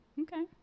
Okay